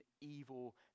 evil